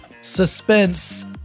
suspense